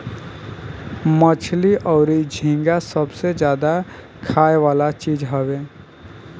मछली अउरी झींगा सबसे ज्यादा खाए वाला चीज हवे